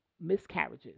miscarriages